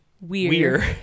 weird